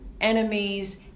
enemies